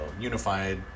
unified